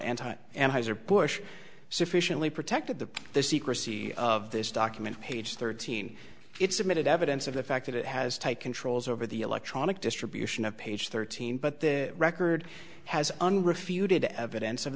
or bush sufficiently protected the the secrecy of this document page thirteen it's submitted evidence of the fact that it has take control over the electronic distribution of page thirteen but the record has unrefuted evidence of